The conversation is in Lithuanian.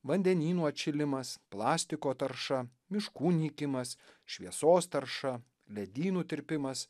vandenynų atšilimas plastiko tarša miškų nykimas šviesos tarša ledynų tirpimas